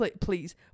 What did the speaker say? please